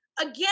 Again